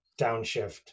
downshift